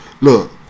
look